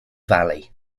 valley